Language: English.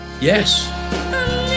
Yes